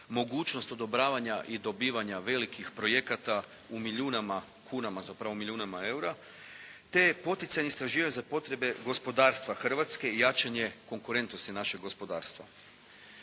mogućnost odobravanja i dobivanja velikih projekata u milijunima kuna, zapravo milijunima eura te poticajni istraživač za potrebe gospodarstva Hrvatske i jačanje konkurentnosti našeg gospodarstva.